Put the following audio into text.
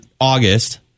august